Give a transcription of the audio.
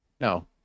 No